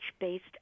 based